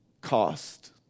cost